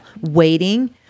waiting